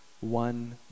one